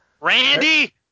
Randy